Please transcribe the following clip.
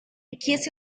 chiese